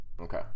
Okay